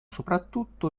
soprattutto